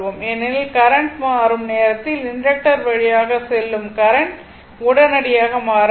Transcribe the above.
ஏனெனில் கரண்ட் மாறும் நேரத்தில் இண்டக்டர் வழியாக செல்லும் கரண்ட் உடனடியாக மாற முடியாது